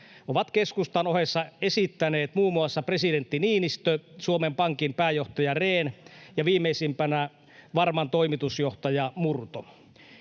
ovat keskustan ohella esittäneet muun muassa presidentti Niinistö, Suomen Pankin pääjohtaja Rehn ja viimeisimpänä Varman toimitusjohtaja Murto.